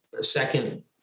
second